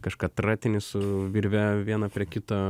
kažką tratini su virve vieną prie kito